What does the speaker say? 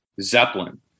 Zeppelin